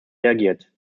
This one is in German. reagiert